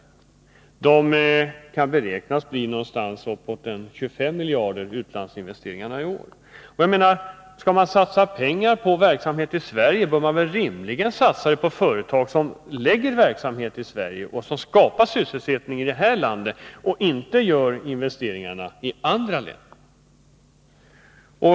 Utlandsinvesteringarna kan beräknas bli någonstans uppemot 25 miljarder i år. Skall man satsa pengar på verksamhet i Sverige, bör man väl rimligen satsa dem på företag som lägger verksamheten i Sverige, skapar sysselsättning i det här landet och inte gör investeringarna i andra länder.